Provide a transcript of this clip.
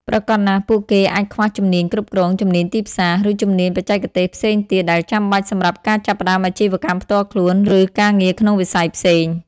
ប្រាកដណាស់ ពួកគេអាចខ្វះជំនាញគ្រប់គ្រង ជំនាញទីផ្សារ ឬជំនាញបច្ចេកទេសផ្សេងទៀតដែលចាំបាច់សម្រាប់ការចាប់ផ្តើមអាជីវកម្មផ្ទាល់ខ្លួន ឬការងារក្នុងវិស័យផ្សេង។